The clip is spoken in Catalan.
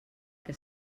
que